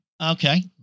Okay